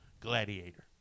Gladiator